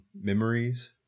memories